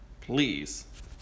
please